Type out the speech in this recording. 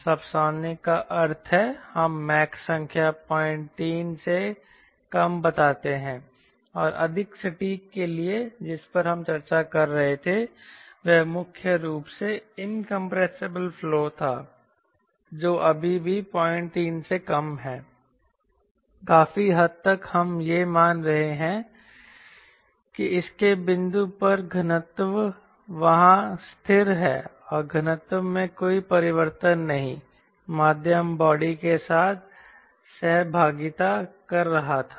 subsonic का अर्थ है कि हम मैक संख्या 03 से कम बताते हैं और अधिक सटीक होने के लिए जिस पर हम चर्चा कर रहे थे वह मुख्य रूप से इनकंप्रेसिबल फ्लो था जो अभी भी 03 से कम है काफी हद तक हम यह मान रहे हैं कि इसके बिंदु पर घनत्व वहां स्थिर है घनत्व में कोई परिवर्तन नहीं माध्यम बॉडी के साथ सहभागिता कर रहा था